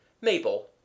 Mabel